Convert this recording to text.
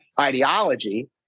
ideology